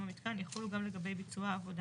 המיתקן יחולו גם לגבי ביצוע העבודה.